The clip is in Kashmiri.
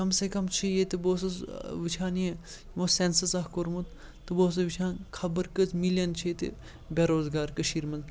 کَم سے کَم چھِ ییٚتہِ بہٕ اوسُس وٕچھان یہِ یِمو سٮ۪نسٕز اَکھ کوٚرمُت تہٕ بہٕ اوسُس وٕچھان خبر کٔژ مِلیَن چھِ ییٚتہِ بے روزگار کٔشیٖرِ منٛز